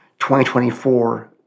2024